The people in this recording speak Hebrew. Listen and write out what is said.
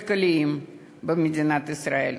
כלכליים, במדינת ישראל.